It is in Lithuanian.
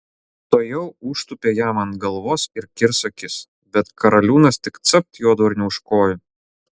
tuojau užtūpė jam ant galvos ir kirs akis bet karaliūnas tik capt juodvarnį už kojų